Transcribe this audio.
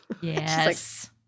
Yes